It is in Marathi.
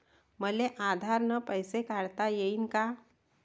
मले आधार न पैसे काढता येईन का?